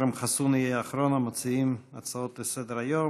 אכרם חסון יהיה אחרון המציעים בהצעות לסדר-היום.